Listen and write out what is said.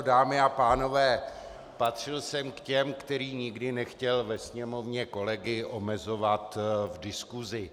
Dámy a pánové, patřil jsem k těm, který nikdy nechtěl ve Sněmovně kolegy omezovat v diskusi.